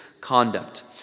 conduct